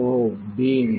ஒ பீம்